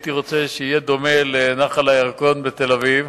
הייתי רוצה שיהיה דומה לנחל הירקון בתל-אביב.